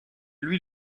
lui